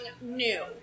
new